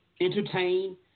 entertain